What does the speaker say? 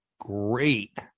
great